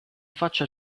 faccia